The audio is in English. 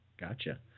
gotcha